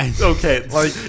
Okay